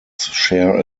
share